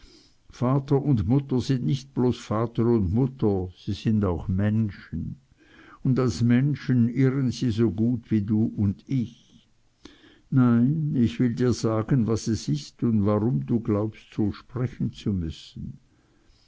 vater und mutter sind nicht bloß vater und mutter sie sind auch menschen und als menschen irren sie so gut wie du und ich nein ich will dir sagen was es ist und warum du glaubst so sprechen zu müssen